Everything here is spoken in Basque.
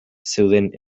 zeuden